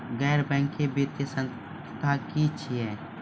गैर बैंकिंग वित्तीय संस्था की छियै?